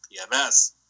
PMS